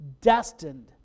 destined